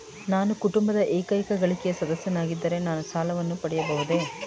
ನಾನು ಕುಟುಂಬದ ಏಕೈಕ ಗಳಿಕೆಯ ಸದಸ್ಯನಾಗಿದ್ದರೆ ನಾನು ಸಾಲವನ್ನು ಪಡೆಯಬಹುದೇ?